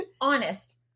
Honest